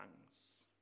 tongues